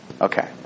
Okay